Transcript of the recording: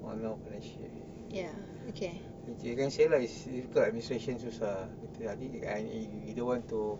or no partnership you can say lah is difficult administration susah I either want to